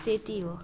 त्यति हो